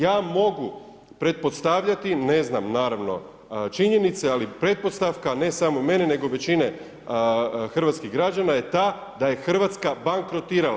Ja mogu pretpostavljati, ne znam naravno činjenice, ali pretpostavka ne samo mene nego većine hrvatskih građana je ta da je Hrvatska bankrotirala.